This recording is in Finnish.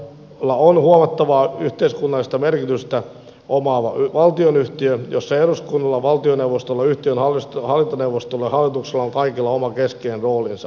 yleisradio on huomattavaa yhteiskunnallista merkitystä omaava valtionyhtiö jossa eduskunnalla valtioneuvostolla yhtiön hallintoneuvostolla ja hallituksella on kaikilla oma keskeinen roolinsa